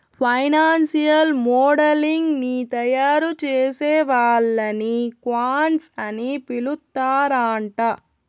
financial modelling ని తయారుచేసే వాళ్ళని క్వాంట్స్ అని పిలుత్తరాంట